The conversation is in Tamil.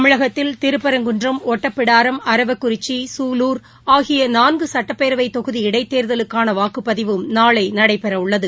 தமிழகத்தில் திருப்பரங்குன்றம் ஒட்டபிடாரம் அரவக்குறிச்சி சூலூர் ஆகிய நான்கு சட்டப்பேரவை தொகுதி இடைத்தேர்தலுக்கான வாக்குப்பதிவும் நாளை நடைபெறவுள்ளது